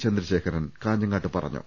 ചന്ദ്രശേഖരൻ കാഞ്ഞങ്ങാട്ട് പറഞ്ഞു